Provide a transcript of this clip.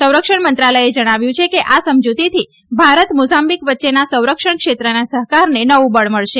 સંરક્ષણ મંત્રાલયે જણાવ્યું છે કે આ સમજૂતીથી ભારત મોઝાંબીક વચ્ચેના સંરક્ષણ ક્ષેત્રના સહકારને નવું બળ મળશે